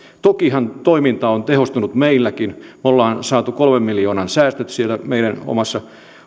tokihan toiminta on tehostunut meilläkin me olemme saaneet kolmen miljoonan säästöt siellä meidän omassa